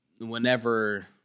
whenever